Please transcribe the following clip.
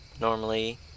normally